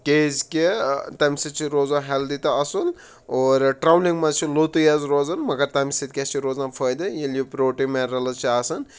کیازکہ تَمہِ سۭتۍ چھِ روزان ہٮ۪لدی تہٕ اَصٕل اور ٹرٛاولِنٛگ منٛز چھِ لوٚتُے حظ روزان مگر تَمہِ سۭتۍ کیاہ چھُ روزان فٲیِدٕ ییٚلہِ یہِ پرٛوٹیٖن مٮ۪نرَلٕز چھِ آسان